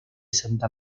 santa